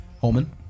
Holman